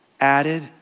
Added